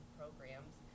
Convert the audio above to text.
programs